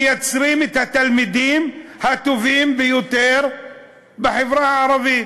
מייצרים את התלמידים הטובים ביותר בחברה הערבית.